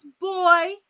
boy